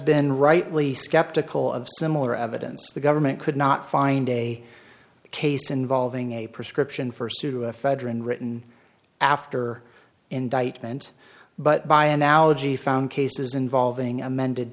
been rightly skeptical of similar evidence the government could not find a case involving a prescription for sue a federal written after indictment but by analogy found cases involving amended